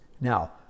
now